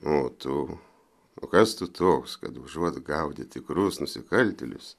o tu o kas tu toks kad užuot gaudyti tikrus nusikaltėlius